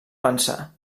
pensar